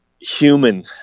human